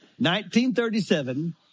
1937